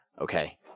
okay